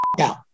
out